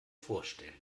vorstellen